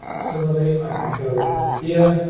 similarly i can go here,